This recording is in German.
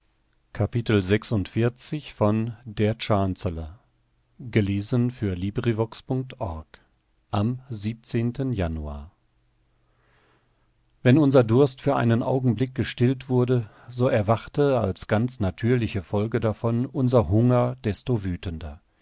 am januar wenn unser durst für einen augenblick gestillt wurde so erwachte als ganz natürliche folge davon unser hunger desto wüthender